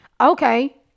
Okay